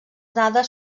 dades